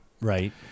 right